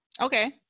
Okay